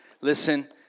listen